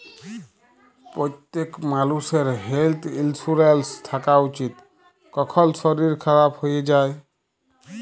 প্যত্তেক মালুষের health insurance থ্যাকা উচিত, কখল শরীর খারাপ হয়ে যায়